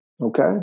Okay